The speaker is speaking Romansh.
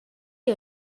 igl